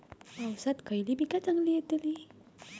पावसात खयली पीका चांगली येतली?